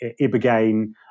Ibogaine